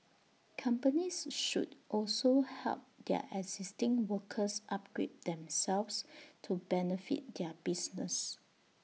companies should also help their existing workers upgrade themselves to benefit their business